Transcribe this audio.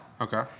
Okay